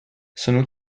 sono